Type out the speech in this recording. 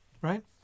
right